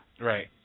Right